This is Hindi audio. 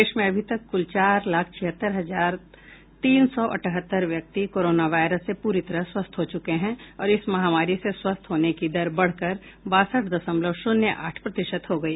देश में अभी तक कुल चार लाख छिहत्तर हजार तीन सौ अठहत्तर व्यक्ति कोरोना वायरस से पूरी तरह स्वस्थ हो चुके हैं और इस महामारी से स्वस्थ होने की दर बढ़ कर बासठ दशमलव शून्य आठ प्रतिशत हो गई